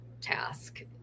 task